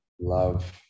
Love